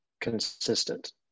consistent